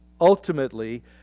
ultimately